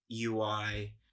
UI